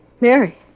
Mary